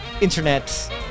internet